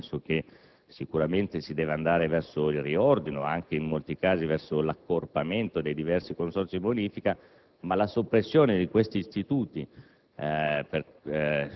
non opportuna perché sicuramente si deve andare verso un riordino e, in molti casi, anche verso un accorpamento dei diversi consorzi di bonifica, ma la soppressione di questi istituti